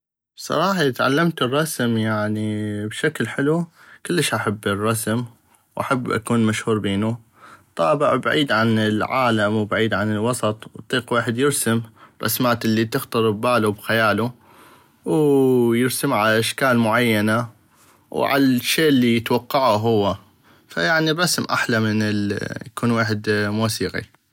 بصراحة اذا تعلمتو الرسم يعني بشكل حلو كلش احب الرسم واحب اكون مشهور بينو طابع بعيد عن العالم وبعيد عن الوسط اطيق ويحد يرسم رسمات الي تخطر بلالو بخيالو ويرسمة على اشكال معينة وعلى الشي الي يتوقعو هو فيعني الريم احلى من انو اكون الويحد موسيقي.